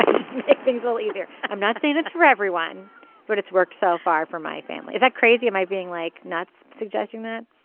and just to make things a little easier. i'm not saying it's for everyone but it's worked so far for my family is that crazy am i being like nuts suggesting that.